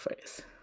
first